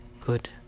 good